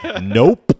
Nope